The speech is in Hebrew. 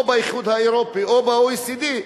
או באיחוד האירופי או ב-OECD,